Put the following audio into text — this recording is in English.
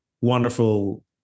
wonderful